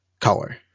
color